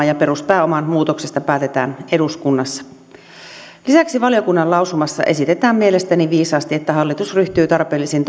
ja peruspääoman muutoksesta päätetään eduskunnassa lisäksi valiokunnan lausumassa esitetään mielestäni viisaasti että hallitus ryhtyy tarpeellisiin